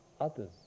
others